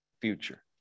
future